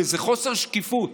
וזה חוסר שקיפות.